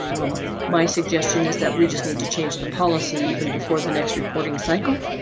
um my suggestion is that we just need to change the policy even before the next reporting cycle.